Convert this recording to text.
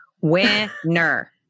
Winner